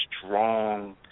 strong